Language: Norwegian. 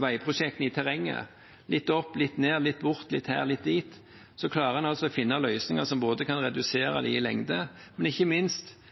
veiprosjektene i terrenget litt opp, litt ned, litt bort, litt hit, litt dit, klarer en å finne løsninger som kan både redusere det i lengde og, ikke minst,